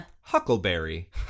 Huckleberry